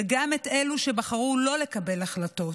וגם את אלו שבחרו לא לקבל החלטות.